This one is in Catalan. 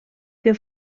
que